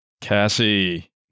Cassie